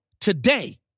today